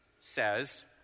says